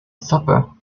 supper